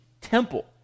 temple